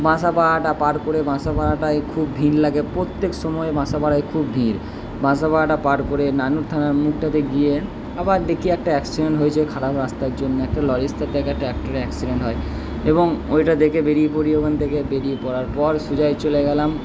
বাঁসাপাড়াটা পার করে বাঁসাপাড়াটায় খুব ভিড় লাগে প্রত্যেক সময়ে বাঁসাপাড়ায় খুব ভিড় বাঁসাপাড়াটা পার করে নানুর থানার মুখটাতে গিয়ে আবার দেখি একটা অ্যাক্সিডেন্ট হয়েছে খারাপ রাস্তার জন্য একটা লরির সাথে একটা ট্যাক্টরের অ্যাক্সিডেন্ট হয় এবং ওইটা দেখে বেরিয়ে পড়ি ওখান থেকে বেরিয়ে পড়ার পর সোজাই চলে গেলাম